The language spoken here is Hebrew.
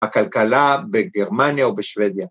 ‫הכלכלה בגרמניה או בשוודיה.